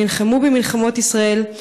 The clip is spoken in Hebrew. נלחמו במלחמות ישראל,